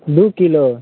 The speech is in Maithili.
दुइ किलो